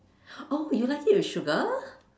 oh you like food with sugar